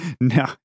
No